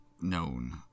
known